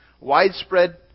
widespread